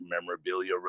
memorabilia